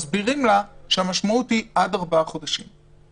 מסבירים לה שהמשמעות היא עד ארבעה חודשים.